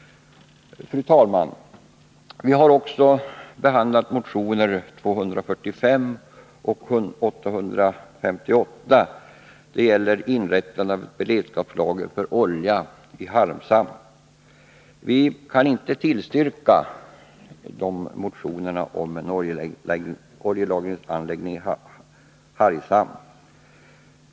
Fru talman! Utskottet har också behandlat motionerna 245 och 858 om inrättande av ett beredskapslager för olja i Hargshamn. Utskottet kan inte tillstyrka dessa motioner.